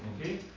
Okay